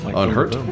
unhurt